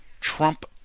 Trump